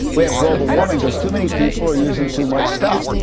we have global warming because too many people are using too much stuff.